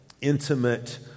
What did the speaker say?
intimate